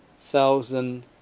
thousand